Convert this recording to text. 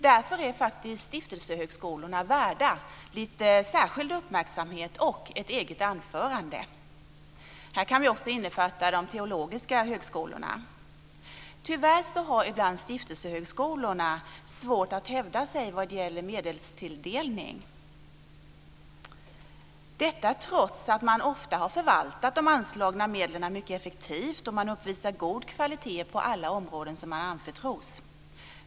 Därför är stiftelsehögskolorna värda särskild uppmärksamhet och ett eget anförande. Här kan vi också innefatta de teologiska högskolorna. Tyvärr har stiftelsehögskolorna ibland haft svårt att hävda sig vad gäller medelstilldelning, detta trots att man ofta har förvaltat de anslagna medlen mycket effektivt och uppvisar god kvalitet på alla områden som man anförtros.